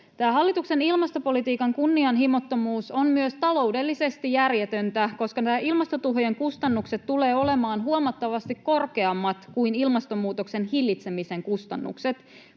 hallituksen ilmastopolitiikan kunnianhimottomuus on myös taloudellisesti järjetöntä, koska nämä ilmastotuhojen kustannukset tulevat olemaan huomattavasti korkeammat kuin ilmastonmuutoksen hillitsemisen kustannukset.